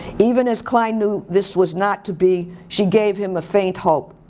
even as klein knew this was not to be, she gave him a faint hope.